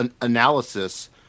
analysis